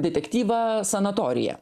detektyvą sanatorija